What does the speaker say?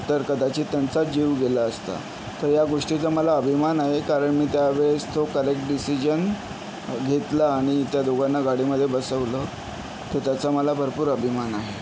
तर कदाचित त्यांचा जीव गेला असता तर ह्या गोष्टीचा मला अभिमान आहे कारण मी त्या वेळेस तो करेक्ट डिसीजन घेतला आणि त्या दोघांना गाडीमध्ये बसवलं तर त्याचा मला भरपूर अभिमान आहे